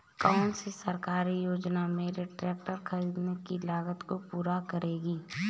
कौन सी सरकारी योजना मेरे ट्रैक्टर ख़रीदने की लागत को पूरा करेगी?